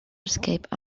escaped